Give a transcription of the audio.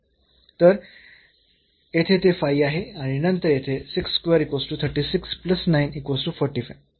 तर येथे ते 5 आहे आणि नंतर येथे